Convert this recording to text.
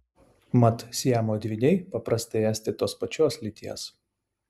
mat siamo dvyniai paprastai esti tos pačios lyties